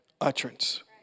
utterance